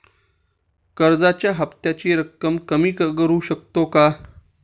कर्जाच्या हफ्त्याची रक्कम कमी करू शकतो का?